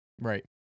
Right